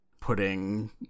putting